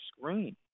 Screen